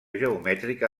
geomètrica